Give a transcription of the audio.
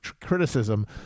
criticism